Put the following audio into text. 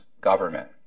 government